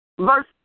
Verse